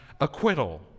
acquittal